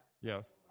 Yes